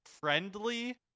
friendly